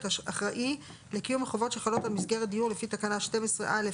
אחראי לקיום החובות שחלות על מסגרת דיור לפי תקנה 12(א),